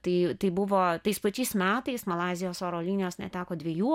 tai tai buvo tais pačiais metais malaizijos oro linijos neteko dviejų